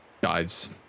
dives